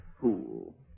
fool